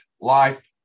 life